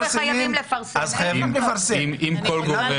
המחלוקת בינינו היא כמעט לאו מחלוקת